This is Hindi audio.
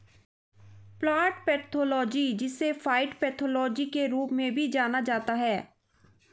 प्लांट पैथोलॉजी जिसे फाइटोपैथोलॉजी के रूप में भी जाना जाता है